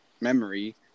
memory